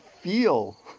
feel